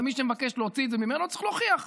ומי שמבקש להוציא את זה ממנו צריך להוכיח.